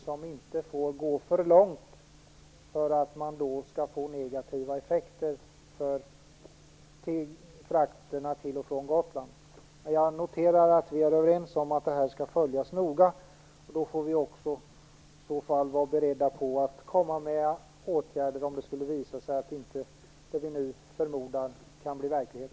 Det får inte gå för långt, eftersom det medför negativa effekter för frakterna till och från Gotland. Jag noterar att vi är överens om att det här skall följas noga. Då får vi också vara beredda på att komma med åtgärder om det skulle visa sig att det vi nu förmodar inte kan bli verklighet.